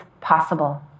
possible